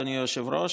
אדוני היושב-ראש.